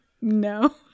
no